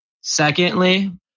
Secondly